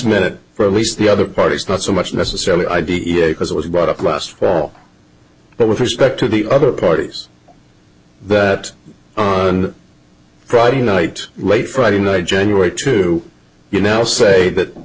minute for at least the other part it's not so much necessarily ideate as it was brought up last fall but with respect to the other parties that on friday night late friday night january to you now say that